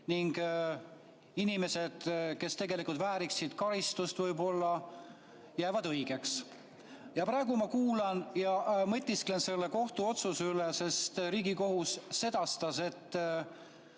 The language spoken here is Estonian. ning inimesed, kes tegelikult vääriksid karistust, [mõistetakse] võib-olla õigeks. Praegu ma kuulan ja mõtisklen selle kohtuotsuse üle, sest Riigikohus sedastas, et